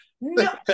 No